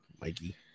Mikey